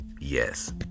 Yes